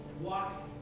walk